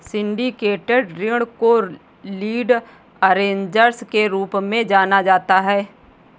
syndicated ऋण को lead arrangers के रूप में जाना जाता है